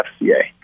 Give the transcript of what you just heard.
FCA